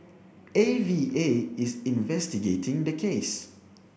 A V A is investigating the case